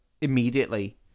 immediately